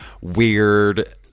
weird